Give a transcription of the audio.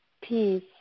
Peace